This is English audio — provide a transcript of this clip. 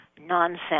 nonsense